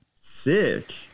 Sick